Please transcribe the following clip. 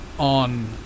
On